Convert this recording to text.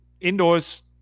indoors